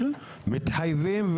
מתחייבים,